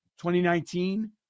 2019